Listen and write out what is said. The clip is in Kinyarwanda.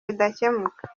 bidakemuka